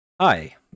Hi